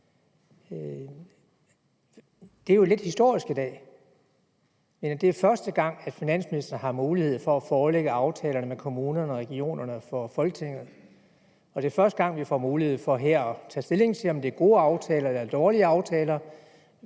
Det er jo lidt historisk i dag, for det er første gang, finansministeren har mulighed for at forelægge aftalerne med kommunerne og regionerne for Folketinget, og det er første gang, vi får mulighed for her at tage stilling til, om det er gode aftaler,